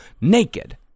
naked